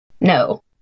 No